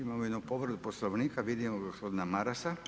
Imamo jednu povredu poslovnika, vidim gospodina Marasa.